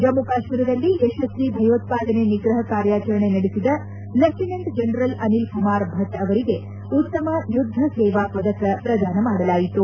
ಜಮ್ಮ ಕಾಶ್ಮೀರದಲ್ಲಿ ಯಶಸ್ವಿ ಭಯೋತ್ಪಾದನೆ ನಿಗ್ರಹ ಕಾರ್ಯಾಚರಣೆ ನಡೆಸಿದ ಲೆಪ್ಟಿನೆಂಟ್ ಜನರಲ್ ಅನಿಲ್ಕುಮಾರ್ ಭಟ್ ಅವರಿಗೆ ಉತ್ತಮ್ ಯುದ್ಧ ಸೇವಾ ಪದಕ ಪ್ರದಾನ ಮಾಡಲಾಯಿತು